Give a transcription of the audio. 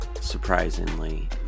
surprisingly